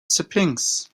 sphinx